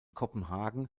kopenhagen